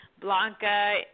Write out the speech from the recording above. Blanca